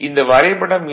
இந்த வரைபடம் எண்